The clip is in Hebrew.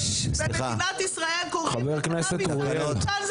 במדינת ישראל קוראים לקנביס סם מסוכן.